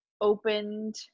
opened